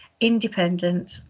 independent